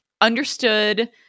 understood